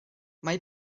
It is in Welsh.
mae